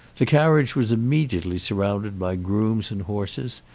the carriage was immediately surrounded by grooms and horses,